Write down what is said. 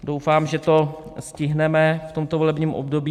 Doufám, že to stihneme v tomto volebním období.